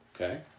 Okay